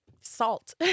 salt